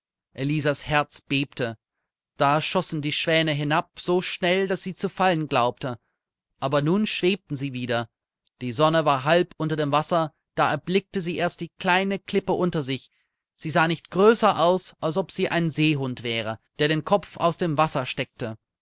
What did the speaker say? elisas herz bebte da schossen die schwäne hinab so schnell daß sie zu fallen glaubte aber nun schwebten sie wieder die sonne war halb unter dem wasser da erblickte sie erst die kleine klippe unter sich sie sah nicht größer aus als ob sie ein seehund wäre der den kopf aus dem wasser steckte